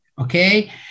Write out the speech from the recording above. Okay